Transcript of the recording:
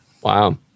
wow